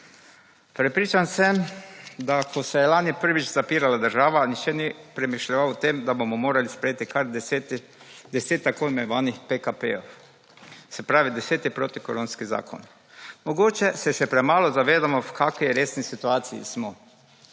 Prepričan sem, da ko se je lani prvič zapirala država nihče ni premišljeval o tem, da bomo morali sprejeti kar 10 tako imenovanih PKP se pravi deseti protikoronski zakon. Mogoče se še premalo zavedamo v kakšni resni situaciji smo.